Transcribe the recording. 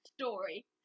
story